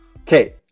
Okay